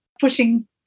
putting